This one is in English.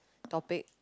topic